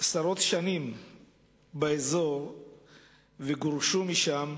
עשרות שנים באזור וגורשו משם